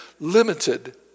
limited